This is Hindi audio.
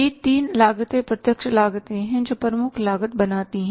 ये तीन लागतें प्रत्यक्ष लागतें हैं जो प्रमुख लागत बनाती हैं